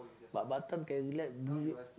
but Batam can relax be